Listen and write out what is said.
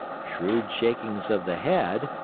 shrewd shakings of the head,